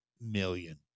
million